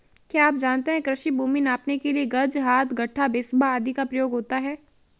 क्या आप जानते है कृषि भूमि नापने के लिए गज, हाथ, गट्ठा, बिस्बा आदि का प्रयोग होता है?